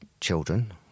children